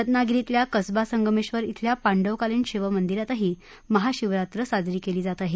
रत्नागिरीतल्या कसबा संगमेश्वर इथल्या पांडवकालीन शिवमंदीरातही महाशिवरात्रीचा उत्सव साजरा केला जात आहे